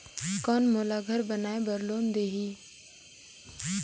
कौन मोला घर बनाय बार लोन देही?